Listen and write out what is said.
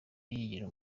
yigira